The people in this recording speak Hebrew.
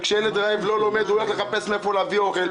וכשילד רעב לא לומד הוא הולך לחפש מאיפה להביא אוכל,